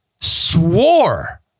swore